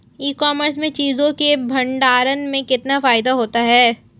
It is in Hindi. ई कॉमर्स में चीज़ों के भंडारण में कितना फायदा होता है?